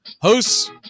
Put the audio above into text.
hosts